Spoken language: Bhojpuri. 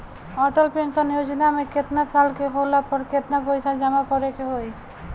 अटल पेंशन योजना मे केतना साल के होला पर केतना पईसा जमा करे के होई?